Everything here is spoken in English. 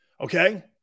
Okay